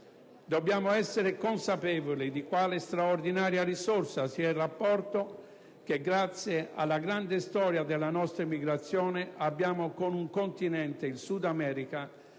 Dobbiamo essere consapevoli di quale straordinaria risorsa sia il rapporto che, grazie alla grande storia della nostra emigrazione, abbiamo con un continente - il Sud-America